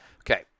Okay